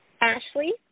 Ashley